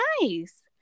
nice